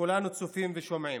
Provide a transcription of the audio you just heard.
כולנו צופים ושומעים,